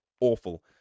awful